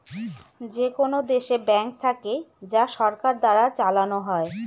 যেকোনো দেশে ব্যাঙ্ক থাকে যা সরকার দ্বারা চালানো হয়